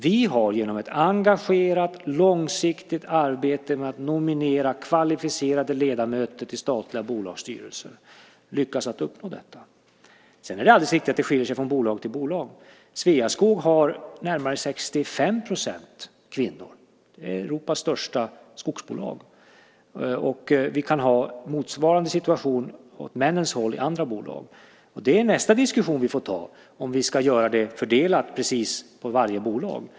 Vi har genom ett engagerat långsiktigt arbete med att nominera kvalificerade ledamöter till statliga bolagsstyrelser lyckats uppnå detta. Sedan är det alldeles riktigt att det skiljer sig från bolag till bolag. Sveaskog har närmare 65 % kvinnor - Europas största skogsbolag. Och vi kan ha motsvarande situation åt männens håll i andra bolag. Det är nästa diskussion vi får ta, om det ska vara fördelat på precis varje bolag.